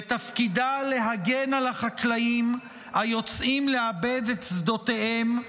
ותפקידה להגן על החקלאים היוצאים לעבוד את שדותיהם,